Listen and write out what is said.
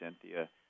Cynthia